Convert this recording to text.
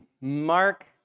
Mark